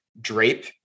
drape